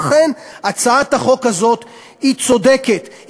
לכן הצעת החוק הזאת היא צודקת,